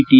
T